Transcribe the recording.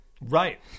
Right